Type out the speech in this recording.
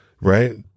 Right